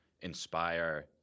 inspire